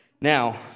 Now